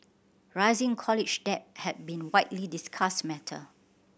rising college debt have been widely discussed matter